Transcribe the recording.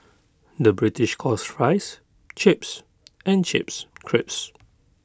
the British calls Fries Chips and Chips Crisps